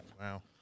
Wow